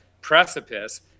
precipice